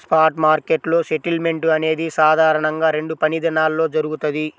spot మార్కెట్లో settlement అనేది సాధారణంగా రెండు పనిదినాల్లో జరుగుతది,